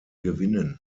gewinnen